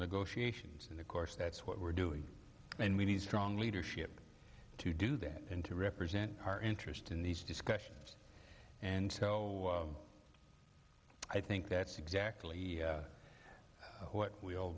negotiations in the course that's what we're doing and we need strong leadership to do that and to represent our interest in these discussions and i think that's exactly what w